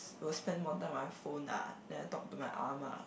will spend more time on my phone ah than I talk to my Ah Ma